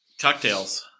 Cocktails